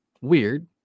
weird